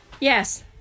Yes